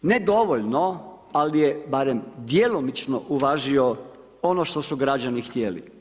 Ne dovoljno, ali je barem djelomično uvažio ono što su građani htjeli.